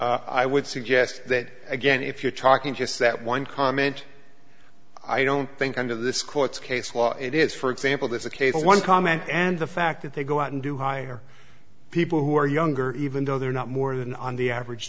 case i would suggest that again if you're talking just that one comment i don't think under this court's case law it is for example this a case of one comment and the fact that they go out and do hire people who are younger even though they're not more than on the average